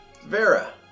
Vera